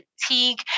fatigue